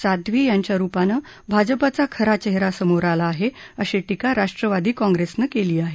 साध्वी यांच्या रुपानं भाजपाचा खरा चेहरा समोर आला आहे अशी टीका राष्ट्रवादी काँप्रेसनं केली आहे